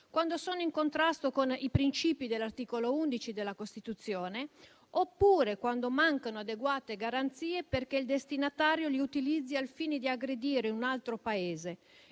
quando sono in contrasto con i principi dell'articolo 11 della Costituzione, oppure quando mancano adeguate garanzie che il destinatario non li utilizzi al fine di aggredire un altro Paese;